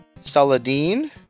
Saladin